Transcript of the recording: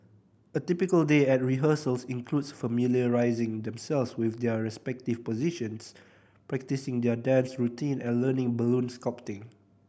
a typical day at rehearsals includes familiarising themselves with their respective positions practising their dance routine and learning balloon sculpting